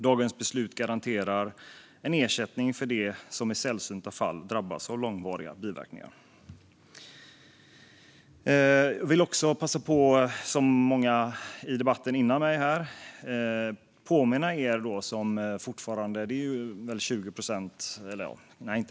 Dagens beslut garanterar en ersättning till dem som i sällsynta fall drabbas av långvariga biverkningar. Jag vill också passa på, som många i debatten före mig här, att påminna dem som fortfarande inte har vaccinerat sig att göra det.